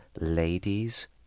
ladies